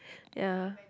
ya